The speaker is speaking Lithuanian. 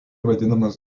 vadinamas